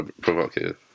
provocative